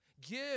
Give